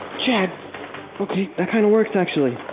jed okay, that kind of works actually